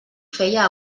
feia